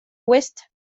west